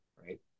Right